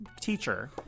teacher